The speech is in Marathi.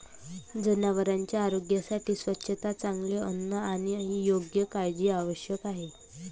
जनावरांच्या आरोग्यासाठी स्वच्छता, चांगले अन्न आणि योग्य काळजी आवश्यक आहे